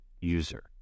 user